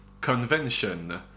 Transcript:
convention